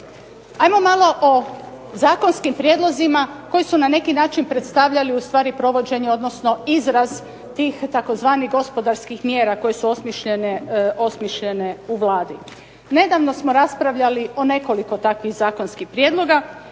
Ajmo malo o zakonskim prijedlozima koji su na neki način predstavljali ustvari provođenje odnosno izraz tih tzv. gospodarskih mjera koje su osmišljene u Vladi. Nedavno smo raspravljali o nekoliko takvih zakonskih prijedloga